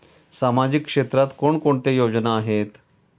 सामाजिक क्षेत्रात कोणकोणत्या योजना आहेत?